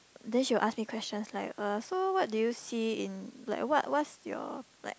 then she will ask me question like uh so what do you see in like what what's your like